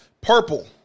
Purple